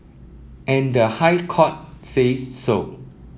and the High Court says so